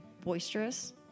boisterous